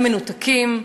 המנותקים,